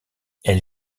elle